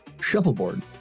Shuffleboard